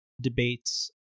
debates